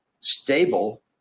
stable